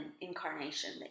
incarnation